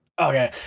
Okay